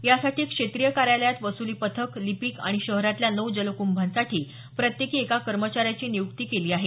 यासाठी क्षेत्रीय कार्यालयात वसुली पथक लिपिक आणि शहरातल्या नऊ जलकभांसाठी प्रत्येकी एका कर्मचाऱ्याची निय्क्ती केली आहे